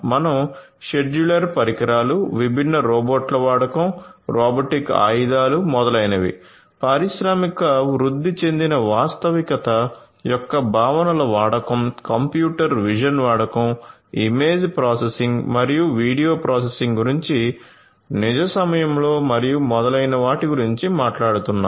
మనం మాడ్యులర్ పరికరాలు విభిన్న రోబోట్ల వాడకం రోబోటిక్ ఆయుధాలు మొదలైనవి పారిశ్రామిక వృద్ధి చెందిన వాస్తవికత యొక్క భావనల వాడకం కంప్యూటర్ విజన్ వాడకం ఇమేజ్ ప్రాసెసింగ్ మరియు వీడియో ప్రాసెసింగ్ గురించి నిజ సమయంలో మరియు మొదలైన వాటి గురించి మాట్లాడుతున్నాము